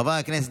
חברי הכנסת,